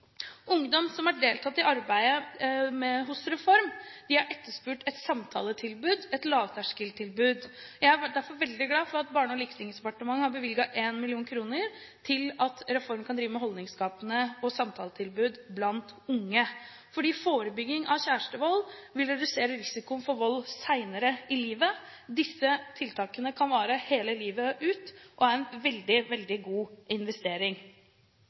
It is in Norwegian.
Ungdom som har deltatt i arbeidet hos Reform, har etterspurt et samtaletilbud, et lavterskeltilbud. Jeg er derfor veldig glad for at Barne- og likestillingsdepartementet har bevilget 1 mill. kr til Reform for at de kan drive med holdningsskapende arbeid og samtaletilbud til unge. Forebygging av kjærestevold vil redusere risikoen for vold senere i livet. Disse tiltakene kan vare hele livet ut og er en veldig, veldig god investering.